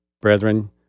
brethren